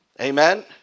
Amen